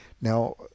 Now